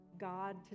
God